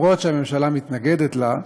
אפילו שהממשלה מתנגדת לה,